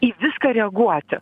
į viską reaguoti